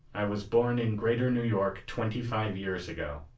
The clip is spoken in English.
i was born in greater new york twenty-five years ago.